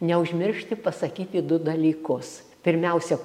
neužmiršti pasakyti du dalykus pirmiausia